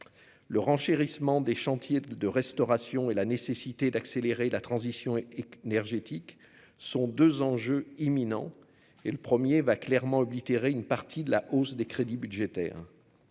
le renchérissement des chantiers de restauration et la nécessité d'accélérer la transition énergétique sont deux enjeux imminents et le 1er va clairement oblitérer une partie de la hausse des crédits budgétaires